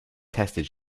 tested